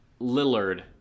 Lillard